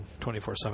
24-7